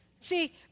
See